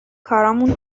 کارامون